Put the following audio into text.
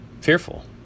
fearful